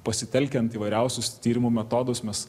pasitelkiant įvairiausius tyrimų metodus mes